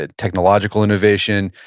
ah technological innovation,